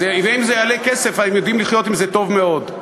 אם זה יעלה כסף, הם יודעים לחיות עם זה טוב מאוד.